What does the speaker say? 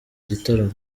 gitaramo